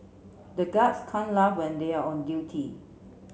the guards can't laugh when they are on duty